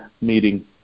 meeting